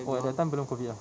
oh that time belum COVID ah